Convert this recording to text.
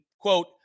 quote